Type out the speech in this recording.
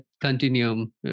continuum